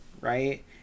right